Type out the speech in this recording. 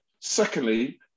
Secondly